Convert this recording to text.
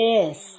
Yes